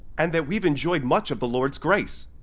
and that we've enjoyed much of the lord's grace,